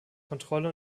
kontrolle